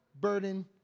burden